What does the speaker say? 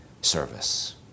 service